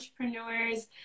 entrepreneurs